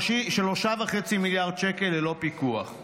3.5 מיליארד שקל ללא פיקוח.